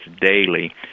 daily